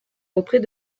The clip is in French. auprès